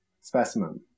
specimen